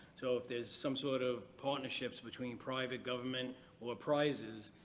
so if there's some sort of partnerships between private-government or prizes,